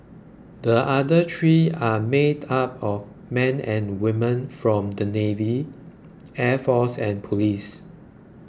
the other three are made up of men and women from the navy air force and police